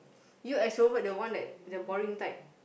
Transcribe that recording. you extrovert the one that the boring type